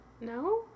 No